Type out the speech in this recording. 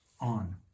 on